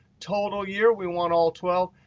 total year, we want all twelve.